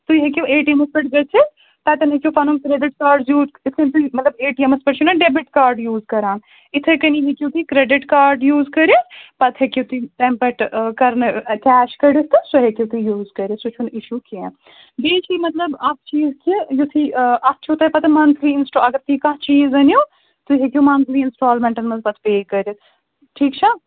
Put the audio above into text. تُہۍ ہیٚکِو A T Ms پٮ۪ٹھ گٔژھِتھ تَتٮ۪ن ہیٚکِو پَنُن کرٛیڈِٹ کارڈ یوٗز کٔرِتھ مطلب اے ٹی ایٚمَس پٮ۪ٹھ چھُو نا ڈیٚبِٹ کارڈ یوٗز کَران اِتھٕے کٔنی ہیٚکِو تُہۍ کرٛیڈِٹ کارڈ یوٗز کٔرِتھ پَتہٕ ہیٚکِو تُہۍ تَمہِ پٮ۪ٹھ کَرنہٕ کیش کٔڈِتھ تہٕ سُہ ہیٚکِو تُہۍ یوٗز کٔرِتھ سُہ چھُنہٕ اِشوٗ کیٚنٛہہ بیٚیہِ چھُ مطلب اَکھ چیٖز کہِ یُتھُے اَتھ چھُو تۄہہِ پَتہٕ مَنتھلی اِنَسٹا اگر تُہۍ کانٛہہ چیٖز أنِو تُہۍ ہیٚکِو مَنتھلی اِنسٹالمٮ۪نٛٹَن منٛز پَتہٕ پے کٔرِتھ ٹھیٖک چھا